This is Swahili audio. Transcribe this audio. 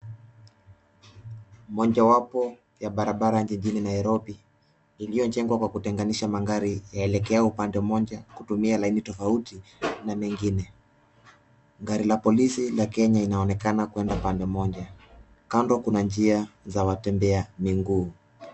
Mojawapo ya barabara jijini Nairobi, iliyojengwa kwa kutenganisha magari, yaelekea upande moja kutumia laini tofauti na mengine. Gari la polisi la Kenya inaonekana kuenda pande moja. Kando kuna njia za watembea miguu.